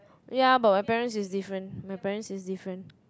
ya but my parents is different my parents is different